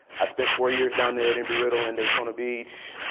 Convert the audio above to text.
i spent four years down there at embry-riddle in daytona beach,